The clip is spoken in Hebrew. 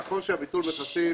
נכון שביטול המכסים